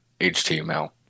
HTML